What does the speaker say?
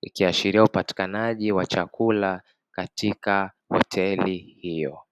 ikiashiria upatikanaji wa chakula katika hoteli hiyo.